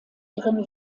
ihren